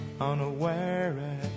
Unaware